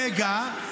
רגע.